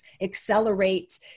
accelerate